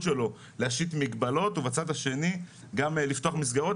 שלו להשית מגבלות ובצד השני גם לפתוח מסגרות.